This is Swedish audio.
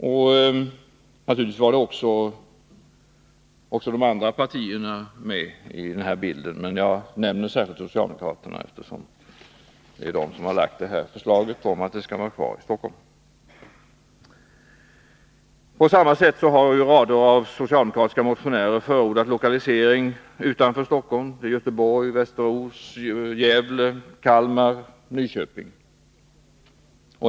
De andra partierna var naturligtvis också med i denna bild, men jag nämner särskilt socialdemokraterna, eftersom det är de som lägger fram förslaget om att energiverket skall vara i Stockholm. På samma sätt har rader av socialdemokratiska motionärer förordat lokalisering utanför Stockholm, till Göteborg, Västerås, Gävle, Kalmar och Nyköping.